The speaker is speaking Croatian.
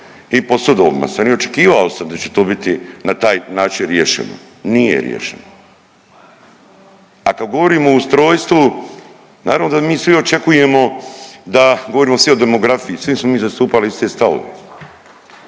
i po sudovima sam i očekivao sam da će to biti na taj način riješeno. A kad govorimo o ustrojstvu naravno da mi svi očekujemo da govorimo svi o demografiji, svi smo mi zastupali iste stavove.